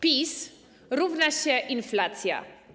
PiS równa się inflacja.